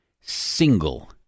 single